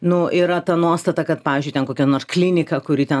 nu yra ta nuostata kad pavyzdžiui ten kokia nors klinika kuri ten